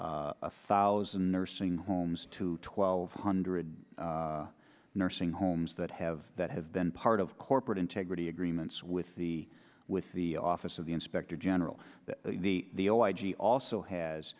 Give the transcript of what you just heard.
a thousand nursing homes to twelve hundred nursing homes that have that have been part of corporate integrity agreements with the with the office of the inspector general that the oh i g also has